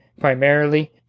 primarily